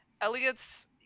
Elliot's